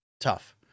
tough